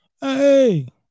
Hey